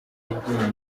igi